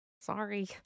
sorry